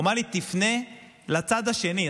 הוא אמר לי: תפנה לצד השני,